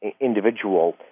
individual